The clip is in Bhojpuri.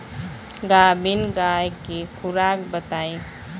गाभिन गाय के खुराक बताई?